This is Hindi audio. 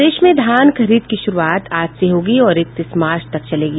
प्रदेश में धान खरीद की शुरूआत आज से होगी और इकतीस मार्च तक चलेगी